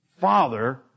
father